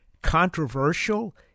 controversial